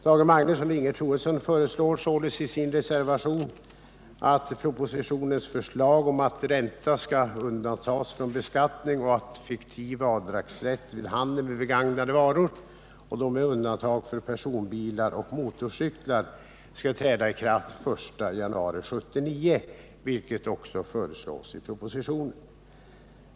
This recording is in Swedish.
Tage Magnusson och Ingegerd Troedsson föreslår således i sin reservation att propositionens förslag om att ränta skall undantas från beskattning och att fiktiv avdragsrätt vid handel med begagnade varor med undantag för personbilar och motorcyklar skall träda i kraft den I januari 1979, vilket också föreslås i propositionen.